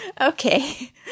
Okay